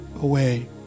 away